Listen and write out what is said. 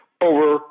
over